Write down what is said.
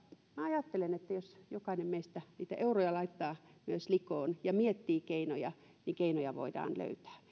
minä ajattelen että jos jokainen meistä niitä euroja laittaa likoon ja miettii keinoja niin keinoja voidaan löytää